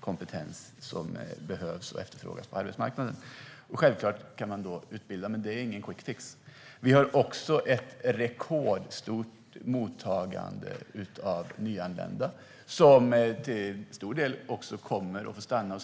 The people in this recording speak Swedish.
kompetens som behövs och efterfrågas på arbetsmarknaden. Självklart kan man då utbilda människor, men det är ingen quick fix. Vi har också ett rekordstort mottagande av nyanlända som till stor del kommer att stanna här.